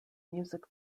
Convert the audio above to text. music